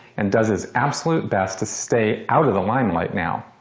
and does his absolute best to stay out of the limelight now.